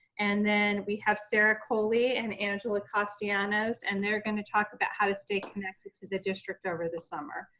and then we have sarah coley and angela castellanos, and they're gonna talk about how to stay connected to the district over the summer.